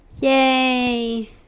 Yay